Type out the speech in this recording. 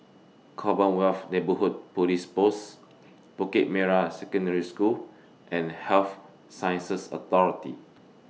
Commonwealth Neighbourhood Police Post Bukit Merah Secondary School and Health Sciences Authority